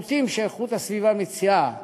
השירותים שהחברה לשירותי איכות הסביבה מציעה גורמים,